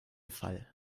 fall